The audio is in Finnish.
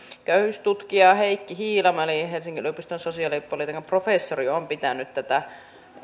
köyhyystutkija heikki hiilamo eli helsingin yliopiston sosiaalipolitiikan professori on pitänyt tätä